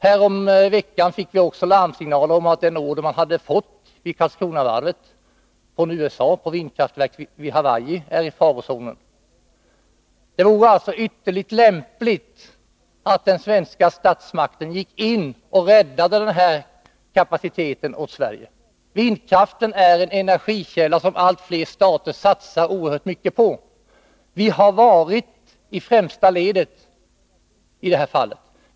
Häromveckan fick vi också larmsignaler om att den order som Karlskronavarvet har fått från USA på vindkraftverk till Hawaii är i farozonen. Det vore ytterligt lämpligt, att den svenska statsmakten gick in och räddade denna kapacitet åt Sverige. Vindkraften är en energikälla som allt fler stater satsar oerhört mycket på. Vi har varit i främsta ledet i detta fall.